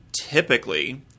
typically